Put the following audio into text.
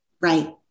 Right